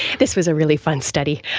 this was a really fun study.